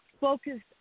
Focused